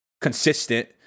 consistent